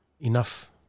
enough